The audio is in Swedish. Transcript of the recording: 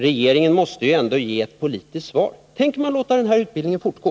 Regeringen måste ju ändå ge ett politiskt svar! Tänker man låta denna utbildning fortgå?